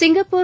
Singapore